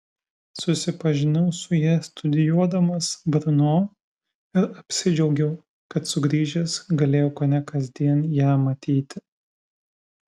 susipažinau su ja studijuodamas brno ir apsidžiaugiau kad sugrįžęs galėjau kone kasdien ją matyti